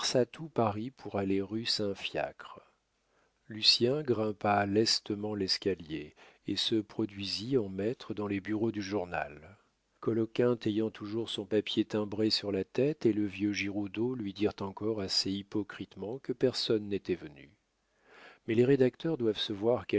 tout paris pour aller rue saint fiacre lucien grimpa lestement l'escalier et se produisit en maître dans les bureaux du journal coloquinte ayant toujours son papier timbré sur la tête et le vieux giroudeau lui dirent encore assez hypocritement que personne n'était venu mais les rédacteurs doivent se voir